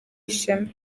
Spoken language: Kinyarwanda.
ishema